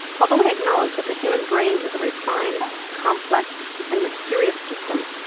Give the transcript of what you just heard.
although i acknowledge that the human brain is a refined, complex and mysterious system,